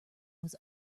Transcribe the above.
was